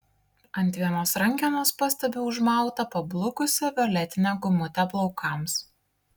ant vienos rankenos pastebiu užmautą pablukusią violetinę gumutę plaukams